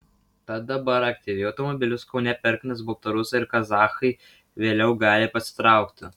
tad dabar aktyviai automobilius kaune perkantys baltarusiai ir kazachai vėliau gali pasitraukti